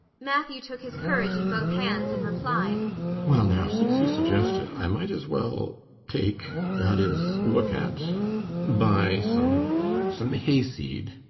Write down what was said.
matthew took his courage in both hands and replied well now, since you suggest it, i might as well take that is look at buy some some hayseed.